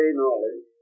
knowledge